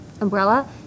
umbrella